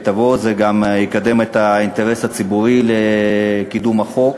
זה גם יקדם את האינטרס הציבורי בקידום החוק.